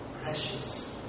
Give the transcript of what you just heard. precious